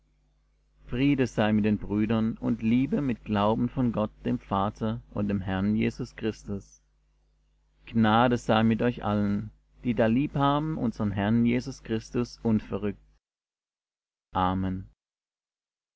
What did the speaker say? friede sei den brüdern und liebe mit glauben von gott dem vater und dem herrn jesus christus gnade sei mit euch allen die da liebhaben unsern herrn jesus christus unverrückt amen